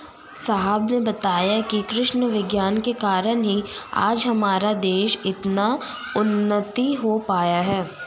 साहब ने बताया कि कृषि विज्ञान के कारण ही आज हमारा देश इतना उन्नत हो पाया है